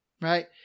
right